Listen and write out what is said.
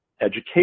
Education